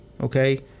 okay